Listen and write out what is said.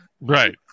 Right